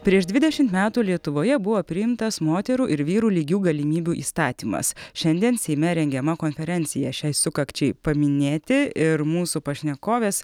prieš dvidešimt metų lietuvoje buvo priimtas moterų ir vyrų lygių galimybių įstatymas šiandien seime rengiama konferencija šiai sukakčiai paminėti ir mūsų pašnekovės